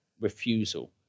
refusal